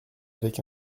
avec